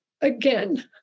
again